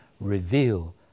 reveal